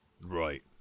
Right